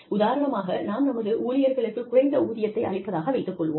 உதாரணமாக நாம் நமது ஊழியர்களுக்குக் குறைந்த ஊதியத்தை அளிப்பதாக வைத்துக் கொள்வோம்